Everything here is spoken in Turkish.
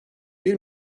bir